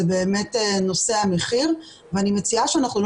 זה באמת נושא המחיר ואני מציעה שלא